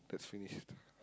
that's finished